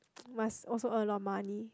must also earn a lot of money